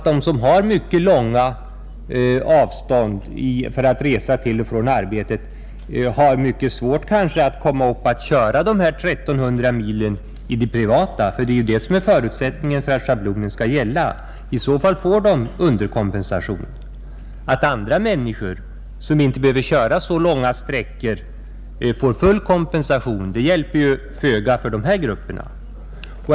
De som har mycket långa resor till och från arbetet har kanske svårt att köra de 1 300 mil privat, som är förutsättningen för att schablonen skall gälla, och i så fall får de underkompensation, De är ju föga hjälpta av att andra människor, som inte behöver köra så långa sträckor till och från arbetet, får full kompensation.